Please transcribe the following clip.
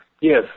Yes